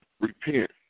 repent